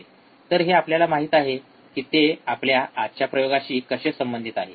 तर हे आपल्याला माहित आहे कि ते आपल्या आजच्या प्रयोगाशी कसे संबंधित आहे